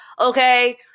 Okay